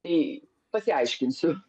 tai pasiaiškinsiu